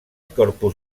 corpus